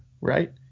right